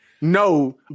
no